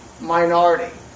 minority